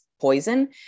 poison